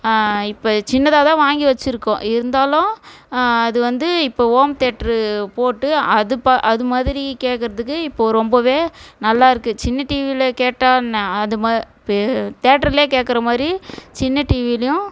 இப்போ சின்னதாக தான் வாங்கி வச்சுருக்கோம் இருந்தாலும் அது வந்து இப்போ ஓம் தேட்டரு போட்டு அது பா அது மாதிரி கேட்குறதுக்கு இப்போ ரொம்பவே நல்லா இருக்குது சின்ன டிவியில் கேட்டால் என்ன அது மா பெ தேட்டருலையே கேட்குற மாதிரி சின்ன டிவிலேயும்